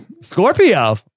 Scorpio